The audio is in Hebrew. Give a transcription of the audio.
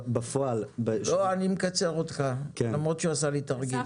אני מקצר אותך למרות שהוא עשה לי תרגיל.